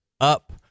up